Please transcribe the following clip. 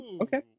Okay